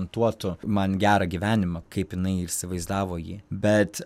duotų man gerą gyvenimą kaip jinai įsivaizdavo jį bet